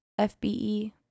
FBE